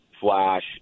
flash